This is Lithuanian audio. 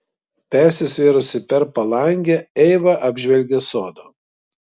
persisvėrusi per palangę eiva apžvelgė sodą